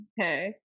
Okay